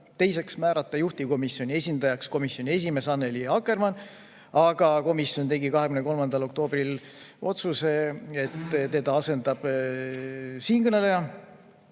Teiseks, määrata juhtivkomisjoni esindajaks komisjoni esimees Annely Akkermann, aga komisjon tegi 23. oktoobril otsuse, et teda asendab siinkõneleja.